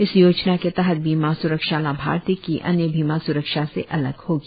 इस योजना के तहत बीमा सुरक्षा लाभार्थी की अन्य बीमा सुरक्षा से अलग होगी